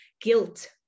guilt